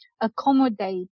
accommodate